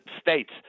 states